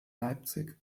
leipzig